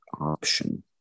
option